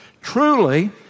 truly